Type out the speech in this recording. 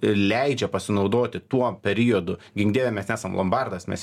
leidžia pasinaudoti tuo periodu gink dieve mes esam lombardas mes